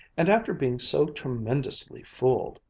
and after being so tremendously fooled,